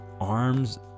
arms